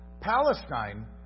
Palestine